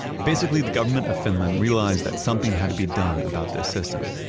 basically, the government of finland realized that something had to be done about this system,